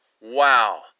Wow